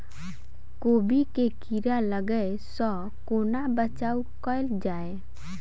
कोबी मे कीड़ा लागै सअ कोना बचाऊ कैल जाएँ?